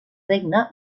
regne